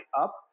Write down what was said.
up